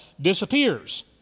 disappears